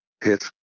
hit